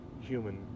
human